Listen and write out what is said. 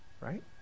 right